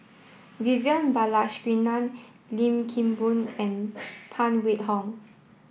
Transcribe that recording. Vivian Balakrishnan Lim Kim Boon and Phan Wait Hong